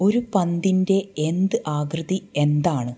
ഒരു പന്തിൻ്റെ എന്ത് ആകൃതി എന്താണ്